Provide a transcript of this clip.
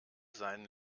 seinen